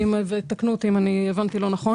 יתקנו אותי אם הבנתי לא נכון